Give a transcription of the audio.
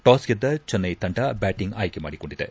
toss ಗೆದ್ದ ಚೆನ್ನೈ ತಂಡ batting ಆಯ್ಕೆ ಮಾಡಿಕೊಂಡಿದೆ